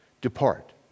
Depart